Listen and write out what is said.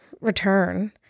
Return